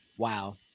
Wow